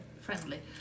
friendly